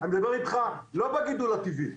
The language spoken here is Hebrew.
אני מדבר איתך לא בגידול הטבעי,